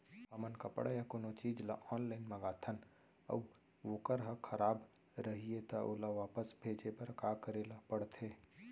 हमन कपड़ा या कोनो चीज ल ऑनलाइन मँगाथन अऊ वोकर ह खराब रहिये ता ओला वापस भेजे बर का करे ल पढ़थे?